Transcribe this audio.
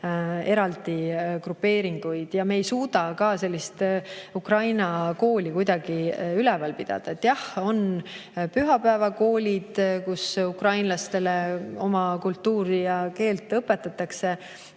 eraldi grupeeringuid juurde. Me ei suuda ka ukraina kooli kuidagi üleval pidada. Jah, on pühapäevakoolid, kus ukrainlastele oma kultuuri ja keelt õpetatakse,